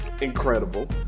Incredible